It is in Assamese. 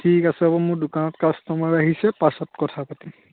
ঠিক আছে হ'ব মোৰ দোকানত কাষ্টমাৰ আহিছে পাছত কথা পাতিম